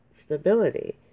stability